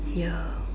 ya